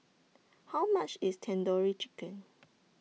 How much IS Tandoori Chicken